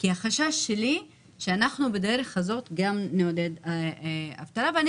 החשש שלי שאנחנו בדרך הזאת גם נעודד אבטלה ואני